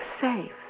safe